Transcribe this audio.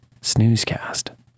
snoozecast